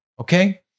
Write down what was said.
Okay